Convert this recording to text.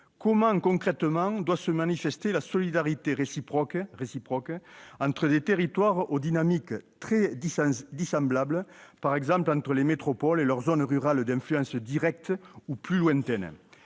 Comment, concrètement, doit se manifester la solidarité réciproque entre des territoires aux dynamiques très dissemblables, par exemple entre les métropoles et leurs zones rurales d'influence directe ou plus lointaine ?